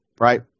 right